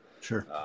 Sure